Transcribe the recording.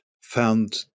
found